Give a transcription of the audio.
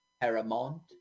Paramount